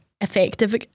effective